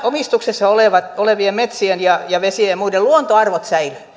omistuksessa olevien metsien ja ja vesien ja muiden luontoarvot säilyvät